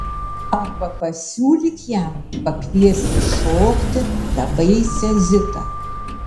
arba pasiūlyk jam pakviesti šokti tą baisią zitą